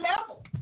level